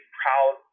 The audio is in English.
proud